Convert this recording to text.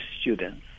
students